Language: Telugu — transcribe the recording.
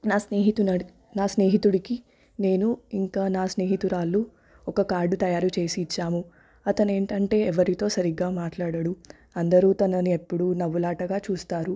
నా స్నేహితునడి స్నేహితుడికి నేను ఇంకా నా స్నేహితురాలు ఒక కార్డు తయారు చేసి ఇచ్చాము అతను ఏమిటంటే ఎవరితో సరిగ్గా మాట్లాడడు అందరూ తననెప్పుడు నవ్వులాటగా చూస్తారు